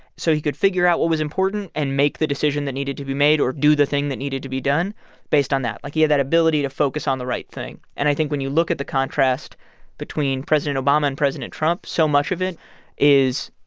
so he could figure out what was important and make the decision that needed to be made or do the thing that needed to be done based on that. like, he had that ability to focus on the right thing. and i think when you look at the contrast between president obama and president trump, so much of it is,